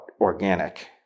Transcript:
organic